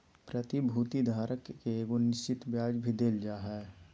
प्रतिभूति धारक के एगो निश्चित ब्याज भी देल जा हइ